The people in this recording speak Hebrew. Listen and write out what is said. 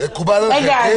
מקובל עליכם, כן?